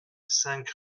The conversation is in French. cinq